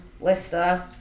Lester